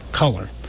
color